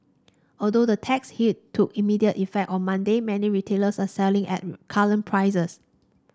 although the tax hike took immediate effect on Monday many retailers are selling at current prices